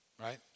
right